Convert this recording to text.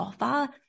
offer